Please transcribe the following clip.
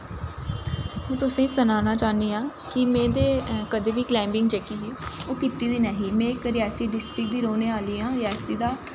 में तुसेंगी सनाना चाह्नी आं कि में ते कदैं बी कलाईंबिंग जेह्की ही ओह् कीती दी नेईंं ही में इक रियासी डिस्टिक दा रौंह्ने आह्ली आं सियासी दा